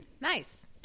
Nice